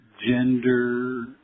Gender